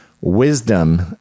wisdom